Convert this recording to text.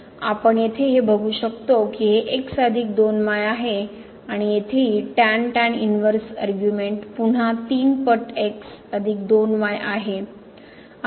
आपण येथे हे बघू शकतो की हे x अधिक 2 y आहे आणि येथेही इनव्हर्स आर्ग्युमेंट पुन्हा 3 पट x अधिक 2 y आहे